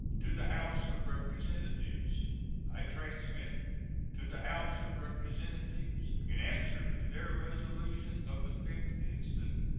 to the house of representatives i transmit to the house of representatives, in answer to their resolution of the fifth instant,